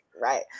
right